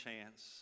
chance